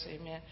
Amen